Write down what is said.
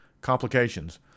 Complications